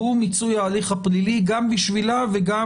הוא מיצוי ההליך הפלילי גם בשבילה וגם